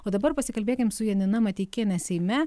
o dabar pasikalbėkim su janina mateikiene seime